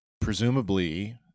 presumably